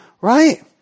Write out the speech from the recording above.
Right